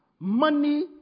money